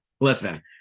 listen